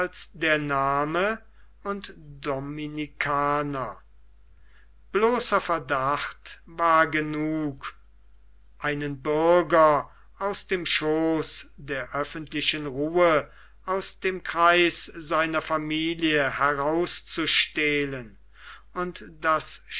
der name und dominikaner bloßer verdacht war genug einen bürger aus dem schooß der öffentlichen ruhe aus dem kreis seiner familie herauszustehlen und das